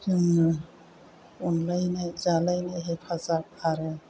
जोङो अनलायनाय जालायनाय हेफाजाब आरो